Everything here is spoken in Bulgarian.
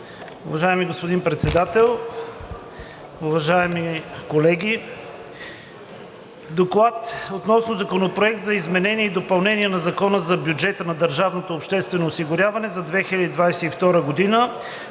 Уважаеми господин Председател, уважаеми колеги! „Доклад относно Законопроект за изменение и допълнение на Закона за бюджета на държавното обществено осигуряване за 2022 г.,